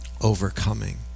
overcoming